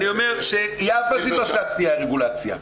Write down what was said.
אני אומר שיפה זילברשץ תהיה הרגולציה.